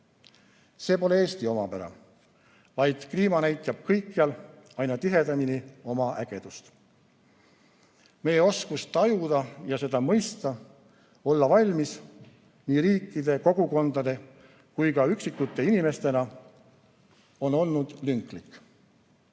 See pole Eesti omapära, vaid kliima näitab kõikjal aina tihedamini oma ägedust. Meie oskus tajuda ja seda mõista, olla valmis – nii riikide, kogukondade kui ka üksikute inimestena – on olnud lünklik.